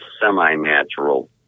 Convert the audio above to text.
semi-natural